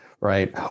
Right